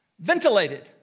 ventilated